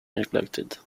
neglected